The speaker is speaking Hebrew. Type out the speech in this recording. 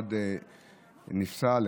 אחד נפסל,